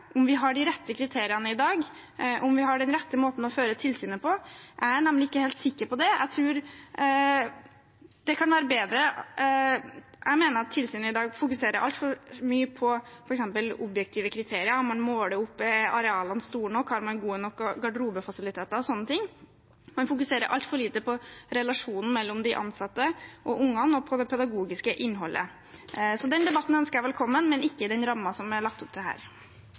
om kvalitetskriteriene – om vi har de rette kriteriene i dag, og om vi har den rette måten å føre tilsyn på. Jeg er nemlig ikke helt sikker på det. Jeg mener at tilsynet i dag fokuserer altfor mye på objektive kriterier: Man måler opp for å se om arealene er store nok, ser etter om man har gode nok garderobefasiliteter – sånne ting. Man fokuserer altfor lite på relasjonen mellom de ansatte og ungene og på det pedagogiske innholdet. Den debatten ønsker jeg velkommen, men ikke i den rammen som det er lagt opp til her.